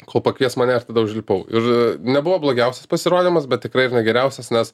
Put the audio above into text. kol pakvies mane ir tada užlipau ir nebuvo blogiausias pasirodymas bet tikrai ir ne geriausias nes